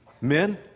Men